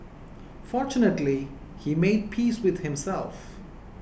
fortunately he made peace with himself